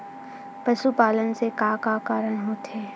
पशुपालन से का का कारण होथे?